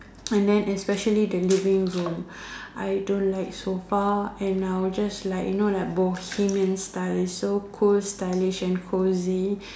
and then especially the living room I don't like sofa and I will just like you know like Bohemian style it's so cool stylish and cosy